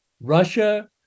Russia